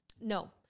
No